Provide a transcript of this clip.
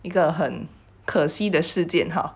一个很可惜的事件 ha